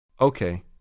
Okay